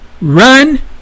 run